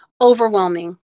Overwhelming